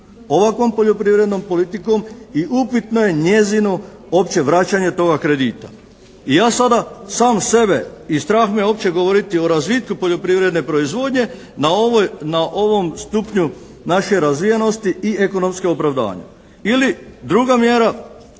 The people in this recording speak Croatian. ovakvom poljoprivrednom politikom i upitno je njezini opće vraćanje toga kredita. I ja sada sam sebe i strah me uopće govoriti o razvitku poljoprivredne proizvodnje na ovom stupnju naše razvijenosti i ekonomskog opravdanja ili druga mjera,